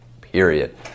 period